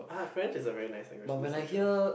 ah French is a very nice language to listen to